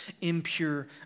impure